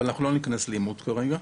אבל אנחנו לא ניכנס לעימות כרגע.